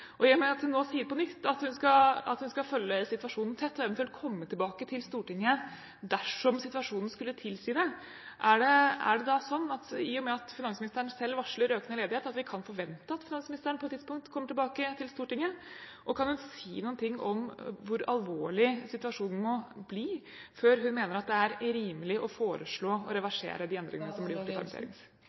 at hun nå på nytt sier at hun skal følge situasjonen tett og eventuelt komme tilbake til Stortinget dersom situasjonen skulle tilsi det, er det da sånn, i og med at finansministeren selv varsler økende ledighet, at vi kan forvente at finansministeren på et tidspunkt kommer tilbake til Stortinget? Og kan hun si noe om hvor alvorlig situasjonen må bli før hun mener at det er rimelig å foreslå å reversere de endringene som er gjort i